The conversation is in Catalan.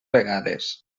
vegades